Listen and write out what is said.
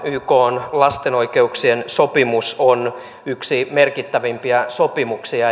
ykn lasten oikeuksien sopimus on yksi merkittävimpiä sopimuksia